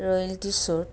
royalty শ্ব'ত